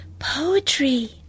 Poetry